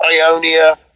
ionia